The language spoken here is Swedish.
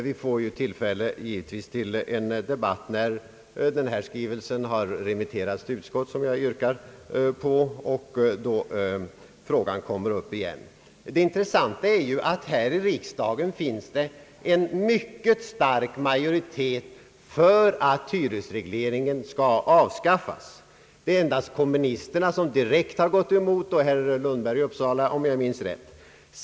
Vi får givetvis tillfälle till ytterligare debatt, när denna skrivelse remitterats till utskottet, vilket också jag yrkar, och frågan återkommer därifrån. Här i riksdagen finns en mycket stark majoritet för att hyresregleringen skall avskaffas. Endast kommunisterna har direkt gått emot — samt herr Lundberg i Uppsala om jag minns rätt.